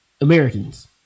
Americans